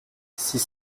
six